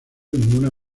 ninguna